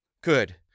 Good